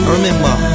Remember